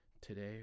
today